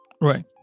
Right